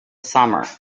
summer